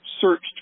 searched